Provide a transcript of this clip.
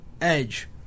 Edge